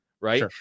Right